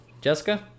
Jessica